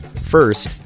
First